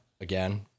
again